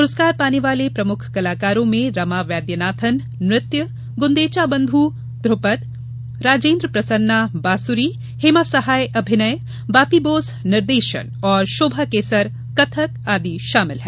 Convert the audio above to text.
पुरस्कार पाने वाले प्रमुख कलाकारों में रमा वैद्यनाथन नृत्य गुंदेचा बंधु ध्रपद राजेंद्र प्रसन्ना बांसुरी हेमा सहाय अभिनय बापी बोस निर्देशन और शोभा केसर कथक आदि शामिल हैं